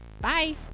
bye